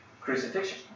crucifixion